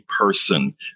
person